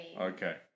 Okay